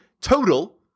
total